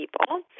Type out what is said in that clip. people